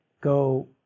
Go